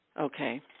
Okay